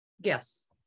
Yes